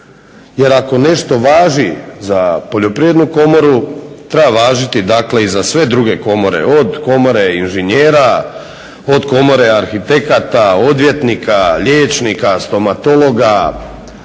Jer ako nešto važi za Poljoprivrednu komoru treba važiti dakle i za sve druge komore, od komore inženjera, od komore arhitekata, odvjetnika, liječnika, stomatologa